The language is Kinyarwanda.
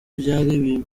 byari